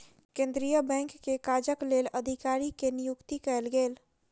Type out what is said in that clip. केंद्रीय बैंक के काजक लेल अधिकारी के नियुक्ति कयल गेल